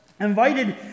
invited